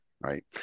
Right